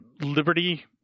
Liberty